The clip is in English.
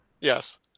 yes